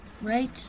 Right